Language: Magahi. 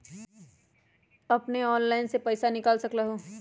अपने ऑनलाइन से पईसा निकाल सकलहु ह?